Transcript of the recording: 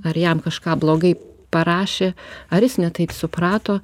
ar jam kažką blogai parašė ar jis ne taip suprato